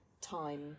time